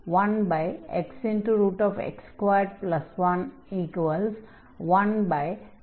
1xx211x211x2 என்று மாறும்